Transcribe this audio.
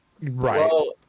Right